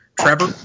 Trevor